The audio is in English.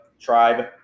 tribe